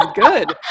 good